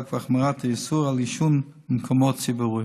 והחמרת האיסור של עישון במקומות ציבוריים.